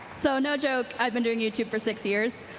so no joke, i have been doing u tube for six years.